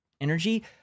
energy